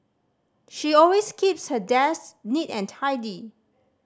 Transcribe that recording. she always keeps her desk neat and tidy